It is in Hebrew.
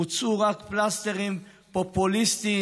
הוצעו רק פלסטרים פופוליסטיים,